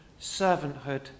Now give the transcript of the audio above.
servanthood